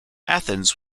athens